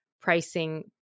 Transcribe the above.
pricing